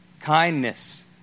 Kindness